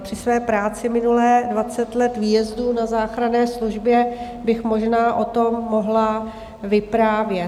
Při své práci minulé, dvacet let výjezdů na záchranné službě, bych možná o tom mohla vyprávět.